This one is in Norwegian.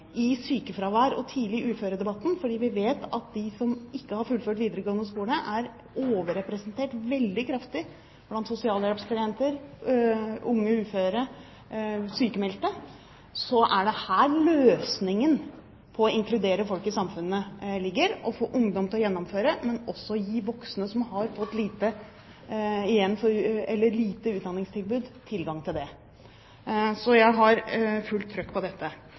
sykefravær og tidlig uførhet. Fordi vi vet at de som ikke har fullført videregående skole, er veldig kraftig overrepresentert blant sosialhjelpsklienter, unge uføre og sykmeldte, er det her løsningen på å inkludere folk i samfunnet ligger, å få ungdom til å gjennomføre, men også å gi voksne som har fått et dårlig utdanningstilbud, tilgang til det. Så jeg har fullt trykk på dette.